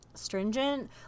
stringent